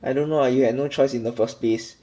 I don't know ah you had no choice in the first place